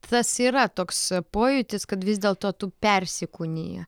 tas yra toks pojūtis kad vis dėlto tu persikūniji